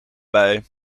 bij